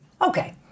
okay